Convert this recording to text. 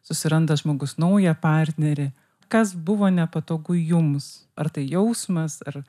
susiranda žmogus naują partnerį kas buvo nepatogu jums ar tai jausmas ar